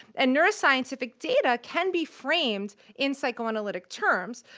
and neuroscientific data can be framed in psychoanalytic terms,